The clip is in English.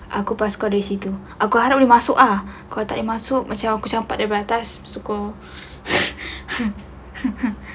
aku pass kau di situ aku harap boleh masuk lah kalau tak boleh masuk pasal aku campak daripada atas syukur